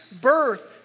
birth